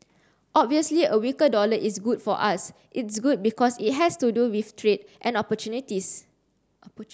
obviously a weaker dollar is good for us it's good because it has to do with trade and opportunities